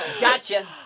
Gotcha